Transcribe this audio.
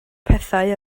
pethau